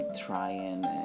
trying